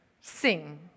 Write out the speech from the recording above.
sing